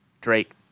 Drake